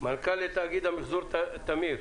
מנכ"ל תאגיד המיחזור תמיר.